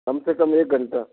कम से कम एक घंटा